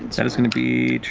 that is going to be.